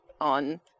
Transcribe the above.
on